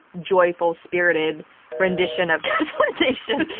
joyful, spirited rendition of gaslit nation.